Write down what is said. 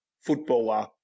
footballer